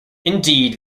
indeed